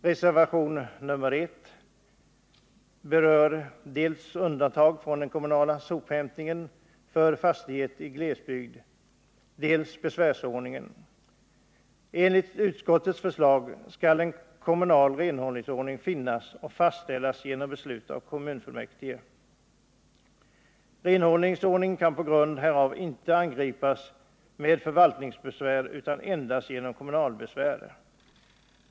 Reservationen 1 berör dels undantag från den kommunala sophämtningen för fastighet i glesbygd, dels besvärsordningen. Enligt utskottets förslag skall en kommunal renhållningsordning finnas och fastställas genom beslut av kommunfullmäktige. Renhållningsordningen kan på grund härav inte angripas med förvaltningsbesvär utan endast genom kommunalbesvär.